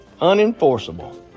unenforceable